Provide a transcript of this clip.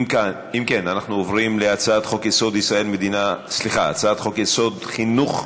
אם כן, אנחנו עוברים להצעת חוק חינוך פיננסי,